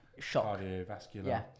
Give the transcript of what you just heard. cardiovascular